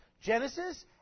Genesis